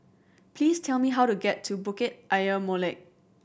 please tell me how to get to Bukit Ayer Molek